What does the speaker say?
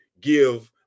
give